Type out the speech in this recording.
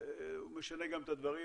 הוא משנה גם את הדברים,